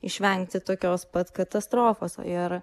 išvengti tokios pat katastrofos ir